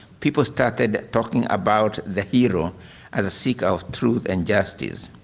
people started talking about the hero as a seeker of truth and justice.